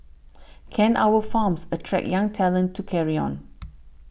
can our farms attract young talent to carry on